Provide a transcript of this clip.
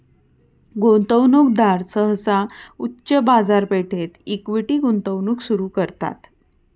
गुंतवणूकदार सहसा उच्च बाजारपेठेत इक्विटी गुंतवणूक सुरू करतात